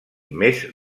més